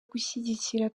gushyigikira